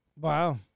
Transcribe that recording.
Wow